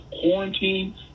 quarantine